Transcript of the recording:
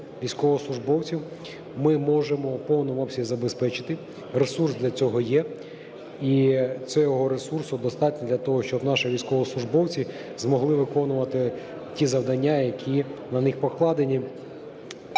військовослужбовцям, ми можемо в повному обсязі забезпечити, ресурс для цього є. І цього ресурсу достатньо для того, щоб наші військовослужбовці змогли виконувати ті завдання, які на них покладені,